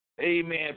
Amen